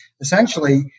essentially